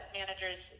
managers